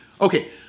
Okay